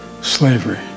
Slavery